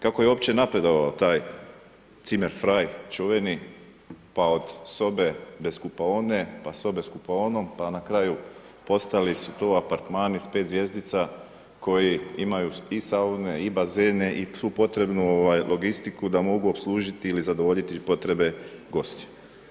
Kako je uopće napredovao taj zimmer frei čuveni, pa od sobe bez kupaone, pa sobe s kupaonom, pa na kraju postali su to apartmani s 5 zvjezdica koji imaju i saune i bazene i svu potrebnu logistiku da mogu opslužiti ili zadovoljiti potrebe gostiju.